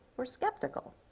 were skeptical.